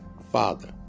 father